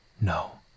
No